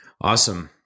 Awesome